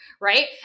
Right